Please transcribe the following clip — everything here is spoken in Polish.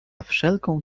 wszelką